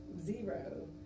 zero